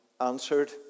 answered